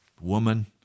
woman